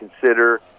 consider